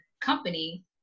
company